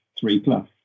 three-plus